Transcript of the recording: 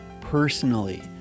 personally